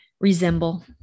resemble